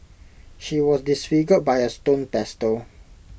she was disfigured by A stone pestle